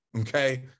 Okay